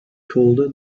colder